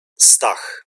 stach